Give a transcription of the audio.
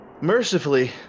Mercifully